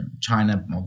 China